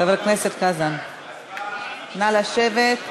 תעמוד שנייה, חבר הכנסת חזן, נא לשבת.